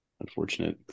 Unfortunate